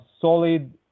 solid